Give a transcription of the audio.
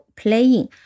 playing